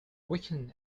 weekend